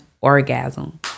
orgasm